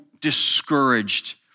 discouraged